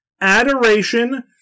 adoration